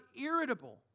irritable